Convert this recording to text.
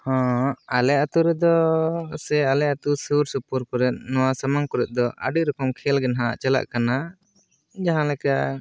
ᱦᱮᱸ ᱟᱞᱮ ᱟᱛᱩ ᱨᱮᱫᱚ ᱥᱮ ᱟᱞᱮ ᱟᱛᱩ ᱥᱩᱨ ᱥᱩᱯᱩᱨ ᱠᱚᱨᱮᱫ ᱱᱚᱣᱟ ᱥᱟᱢᱟᱝ ᱠᱚᱨᱮᱫ ᱫᱚ ᱟᱹᱰᱤ ᱨᱚᱠᱚᱢ ᱠᱷᱮᱞ ᱜᱮ ᱱᱟᱜ ᱪᱟᱞᱟᱜ ᱠᱟᱱᱟ ᱡᱟᱦᱟᱸᱞᱮᱠᱟ